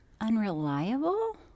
unreliable